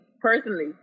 personally